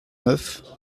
neuf